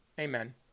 Amen